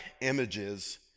images